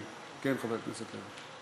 כן, חבר הכנסת מוזס.